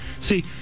See